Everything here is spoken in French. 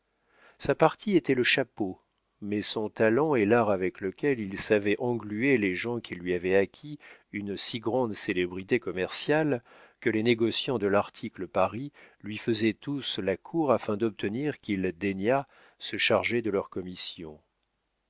sa partie était le chapeau mais son talent et l'art avec lequel il savait engluer les gens lui avaient acquis une si grande célébrité commerciale que les négociants de larticle paris lui faisaient tous la cour afin d'obtenir qu'il daignât se charger de leurs commissions